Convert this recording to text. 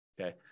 Okay